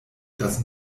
das